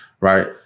Right